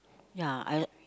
ya I